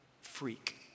freak